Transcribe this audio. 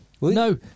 No